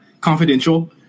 confidential